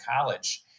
college